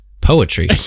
poetry